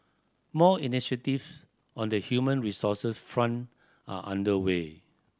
more initiatives on the human resources front are under way